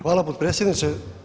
Hvala potpredsjedniče.